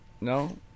No